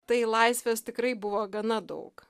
tai laisvės tikrai buvo gana daug